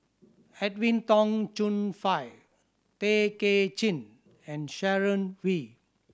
Edwin Tong Chun Fai Tay Kay Chin and Sharon Wee